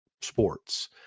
sports